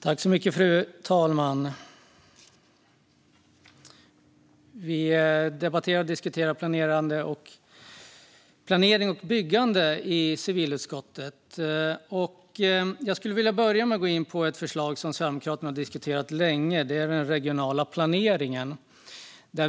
Fru talman! Vi debatterar och diskuterar planering och byggande i civilutskottet. Jag skulle vilja börja med att gå in på ett förslag som Sverigedemokraterna har diskuterat länge - det gäller den regionala planeringen.